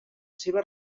seva